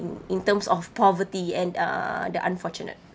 in terms of poverty and uh the unfortunate